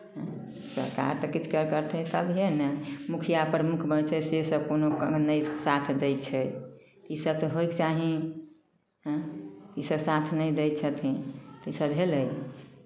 सरकार तऽ किछुके करतै तभिए ने मुखिया प्रमुख बनै छै सेसभ कोनो काम नहि साथ दै छै इसभ तऽ होयके चाही इसभ साथ नहि दै छथिन तऽ इसभ भेलै